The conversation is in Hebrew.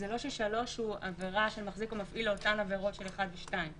זה לא ש-(3) הוא עבירה של מחזיק או מפעיל לאותן עבירות של (1) ו-(2).